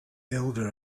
elder